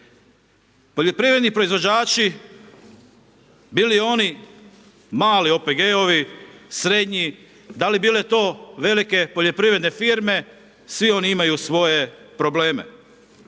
Poljoprivredni proizvođači, bili oni mali OPG-ovi, srednji, da li bile to velike poljoprivredne firme, svi oni imaju svoje probleme.